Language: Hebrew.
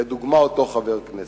לדוגמה אותו חבר כנסת.